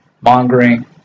mongering